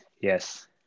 Yes